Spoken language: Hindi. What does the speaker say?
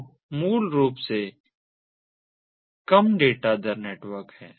तो ये मूल रूप से कम डेटा दर नेटवर्क हैं